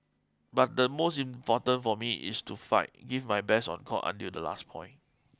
but the most important for me it's to fight give my best on court until the last point